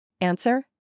Answer